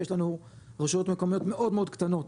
כי יש לנו רשויות מקומיות מאוד מאוד קטנות